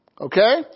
Okay